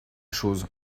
chose